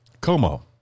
Como